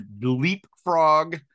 leapfrog